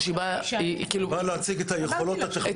היא באה להציג את היכולות הטכנולוגיות שלה.